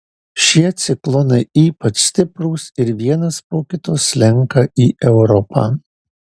šie ciklonai ypač stiprūs ir vienas po kito slenka į europą